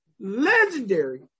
legendary